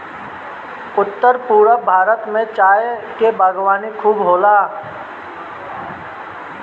उत्तर पूरब भारत में चाय के बागवानी खूब होला